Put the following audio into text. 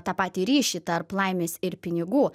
tą patį ryšį tarp laimės ir pinigų